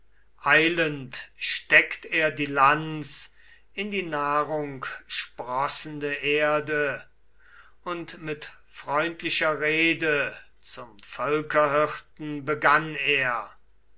eilend steckt er die lanz in die nahrungsprossende erde und mit freundlicher rede zum völkerhirten begann er